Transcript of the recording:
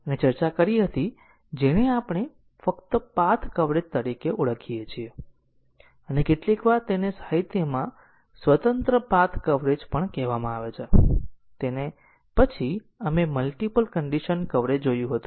તેથી આ પ્રોગ્રામમાં સ્ટાર્ટ નોડથી ટર્મિનલ નોડ સુધી નોડ એજ જોડીનો સિકવન્સ છે તેને પાથ તરીકે ઓળખવામાં આવે છે અને એ પણ યાદ રાખો કે બહાર નીકળવા અને આવા અણગમાને કારણે પ્રોગ્રામમાં ઘણા ટર્મિનલ નોડ હોઈ શકે છે